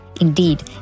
Indeed